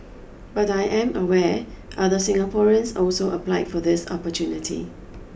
but I am aware other Singaporeans also applied for this opportunity